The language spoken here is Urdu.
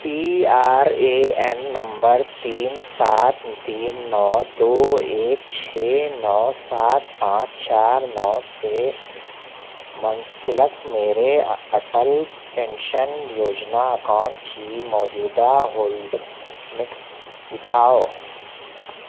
پی آر اے این نمبر تین سات تین نو دو ایک چھ نو سات پانچ چار نو سے منسلک میرے اٹل پینشن یوجنا اکاؤنٹ کی موجودہ ہولڈنکس دکھاؤ